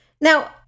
Now